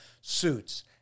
suits